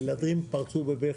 הילדים פרצו בבכי.